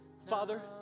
Father